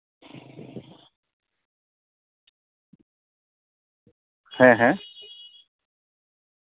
ᱦᱮᱸ ᱦᱮᱸ